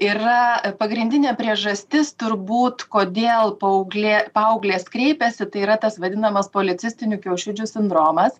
yra pagrindinė priežastis turbūt kodėl paauglė paauglės kreipiasi tai tas vadinamas policistinių kiaušidžių sindromas